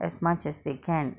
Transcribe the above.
as much as they can